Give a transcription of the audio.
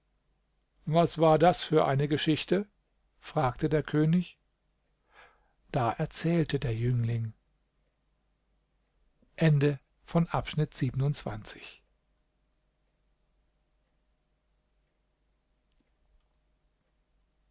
was war das für eine geschichte fragte der könig da erzählte der jüngling